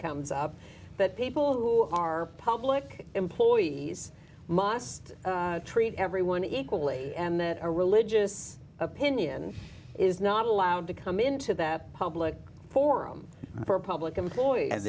comes up that people who are public employees model treat everyone equally and that a religious opinion is not allowed to come into that public forum for public employees a